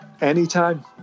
Anytime